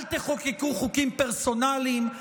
אל תחוקקו חוקים פרסונליים,